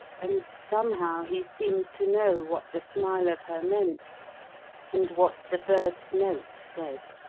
and, somehow, he seemed to know what the smile of her meant and what the bird's note said.